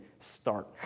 start